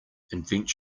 invent